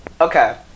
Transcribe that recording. Okay